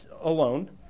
alone